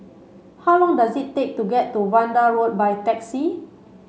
how long does it take to get to Vanda Road by taxi